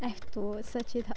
I have to search it up